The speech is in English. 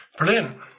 Brilliant